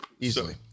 easily